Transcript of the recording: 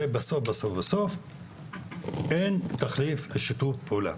ובסוף אין תחליף לשיתוף פעולה,